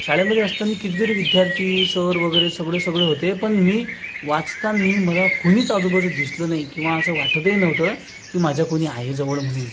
शाळेमध्ये असताना कितीतरी विद्यार्थी सर वगैरे सगळे सगळे होते पण मी वाचताना मला कुणीच आजूबाजू दिसलं नाही किंवा असं वाटतही नव्हतं की माझ्या कोणी आहे जवळ म्हणून